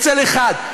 אצל אחד.